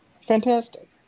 Fantastic